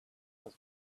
was